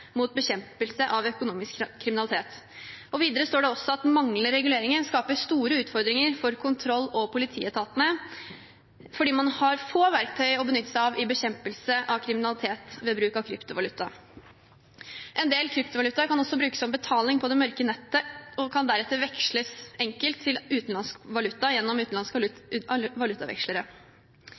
mot bekjempelse av økonomisk kriminalitet. Videre står det også at den manglende reguleringen skaper store utfordringer for kontroll- og politietatene fordi man har få verktøy å benytte seg av i bekjempelse av kriminalitet ved bruk av kryptovaluta. En del kryptovalutaer kan også brukes som betaling på det mørke nettet, og kan deretter veksles enkelt til tradisjonell valuta gjennom utenlandske